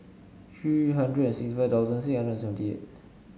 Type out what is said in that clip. three hundred and sixty five thousand six hundred and seventy eight